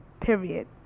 period